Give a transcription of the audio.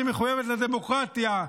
שמחויבת לדמוקרטיה,